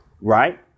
right